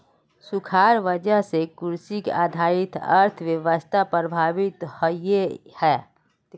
सुखार वजह से कृषि आधारित अर्थ्वैवास्था प्रभावित होइयेह